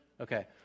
Okay